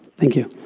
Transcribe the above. thank you.